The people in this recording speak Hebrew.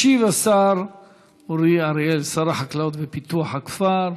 ישיב השר אורי אריאל, שר החקלאות ופיתוח הכפר,